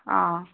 অঁ